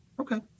Okay